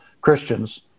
Christians